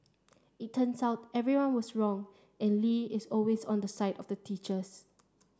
it turns out everyone was wrong and Lee is always on the side of the teachers